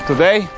Today